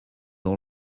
all